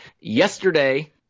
yesterday